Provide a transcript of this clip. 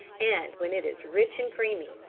and when it is rich and creamy.